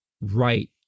right